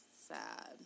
Sad